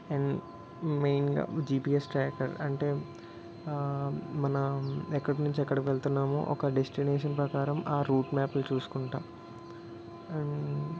and మెయిన్గా GPS tracker అంటే మన ఎక్కడి నుంచి ఎక్కడికి వెళుతున్నామో ఒక డెస్టినేషన్ ప్రకారం ఆ రూట్ మ్యాప్లు చూసుకుంటా అండ్